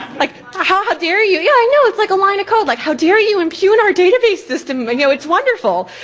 like ah how how dare you, yeah i know, it's like a line of code. like how dare you impugn our database system, i know it's wonderful.